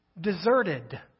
deserted